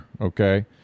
okay